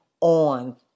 on